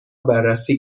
بررسی